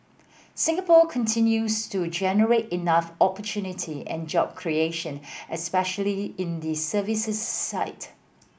Singapore continues to generate enough opportunity and job creation especially in the services side